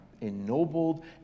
ennobled